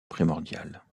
primordiale